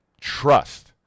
trust